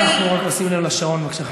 אנחנו רק נשים לב לשעון, חברת הכנסת גרמן.